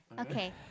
Okay